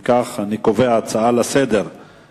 אם כך, אני קובע שההצעה לסדר-היום: